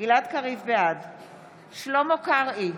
שלמה קרעי,